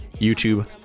YouTube